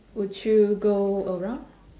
would you go around